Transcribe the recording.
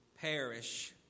perish